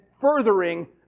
furthering